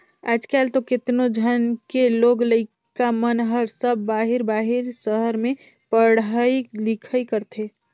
आयज कायल तो केतनो झन के लोग लइका मन हर सब बाहिर बाहिर सहर में पढ़ई लिखई करथे